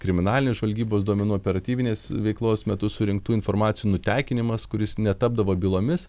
kriminalinės žvalgybos duomenų operatyvinės veiklos metu surinktų informacijų nutekinimas kuris netapdavo bylomis